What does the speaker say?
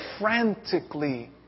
frantically